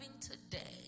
today